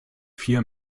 vier